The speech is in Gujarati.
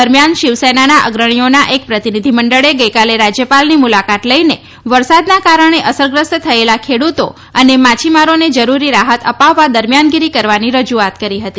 દરમિયાન શિવસેનાના અગ્રણીઓના એક પ્રતિનિધિમંડળે ગઈકાલે રાજ્યપાલની મુલાકાત લઈને વરસાદના કારણે અસરગ્રસ્ત થયેલા ખેડૂતો અને માછીમારોને જરૂરી રાહત અપાવવા દરમિયાનગીરી કરવાની રજુઆત કરી હતી